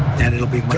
that it'll be